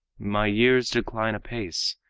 my years decline apace,